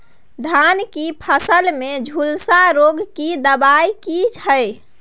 धान की फसल में झुलसा रोग की दबाय की हय?